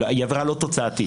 היא עבירה לא תוצאתית.